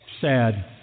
sad